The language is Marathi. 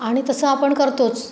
आणि तसं आपण करतोच